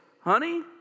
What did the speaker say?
Honey